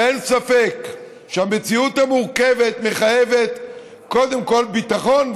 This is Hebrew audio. אין ספק שהמציאות המורכבת מחייבת קודם כול ביטחון,